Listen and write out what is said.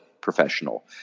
professional